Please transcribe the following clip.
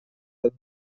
del